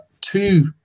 two